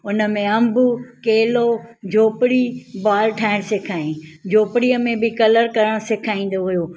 उन में अंबु केलो झोपड़ी बॉल ठाहियणु सेखारियईं झोपड़ीअ में कलर करणु सेखारींदो हुओ